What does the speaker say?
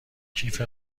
کیف